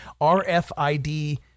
RFID